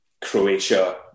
Croatia